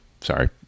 sorry